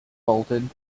bolted